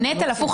הנטל הפוך.